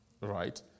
Right